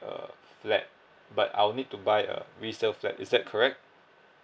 a flat but I'll need to buy a resale flat is that correct